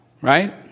right